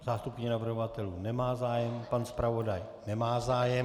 Zástupkyně navrhovatelů nemá zájem, pan zpravodaj nemá zájem.